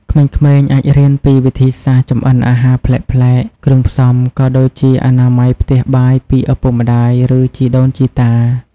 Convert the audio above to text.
ក្មេងៗអាចរៀនពីវិធីសាស្រ្តចម្អិនអាហារប្លែកៗ គ្រឿងផ្សំ ក៏ដូចជាអនាម័យផ្ទះបាយពីឪពុកម្ដាយ ឬជីដូនជីតា ។